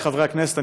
חבריי חברי הכנסת,